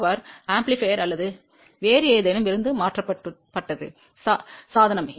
power பெருக்கி அல்லது வேறு ஏதேனும் இருந்து மாற்றப்பட்டது சாதனம்